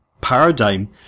paradigm